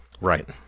Right